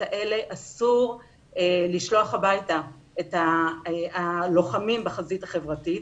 האלה אסור לשלוח הביתה את הלוחמים בחזית החברתית,